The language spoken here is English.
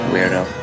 Weirdo